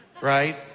right